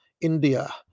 India